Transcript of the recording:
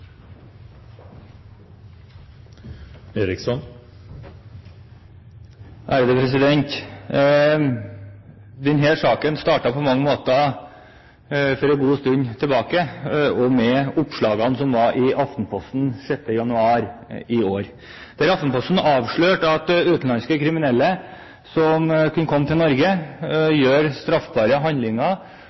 saken startet på mange måter for en god stund tilbake med oppslagene som var i Aftenposten den 6. januar i år. Aftenposten avslørte at utenlandske kriminelle som kom til Norge for å gjøre straffbare handlinger